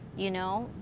you know.